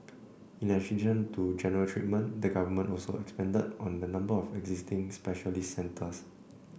in addition to general treatment the government also expanded on the number of existing specialist centres